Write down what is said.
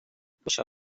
push